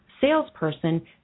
salesperson